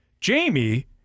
Jamie